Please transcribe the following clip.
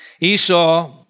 Esau